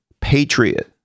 patriot